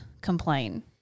complain